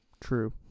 True